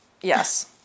yes